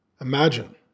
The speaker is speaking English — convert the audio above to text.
Imagine